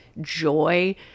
joy